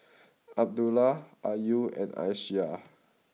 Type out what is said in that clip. Abdullah Ayu and Aisyah